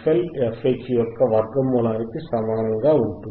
fL fH యొక్క వర్గమూలానికి సమానం గా ఉంటుంది